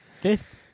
fifth